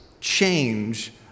change